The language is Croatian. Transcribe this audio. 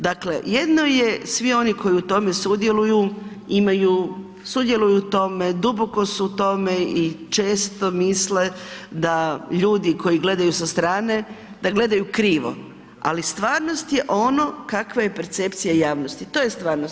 Dakle, jedno je svi oni koji u tome sudjeluju imaju, sudjeluju u tome, duboko su u tome i često misle da ljudi koji gledaju sa strane da gledaju krivo, ali stvarnost je ono kakva je percepcija javnosti, to je stvarnost.